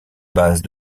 base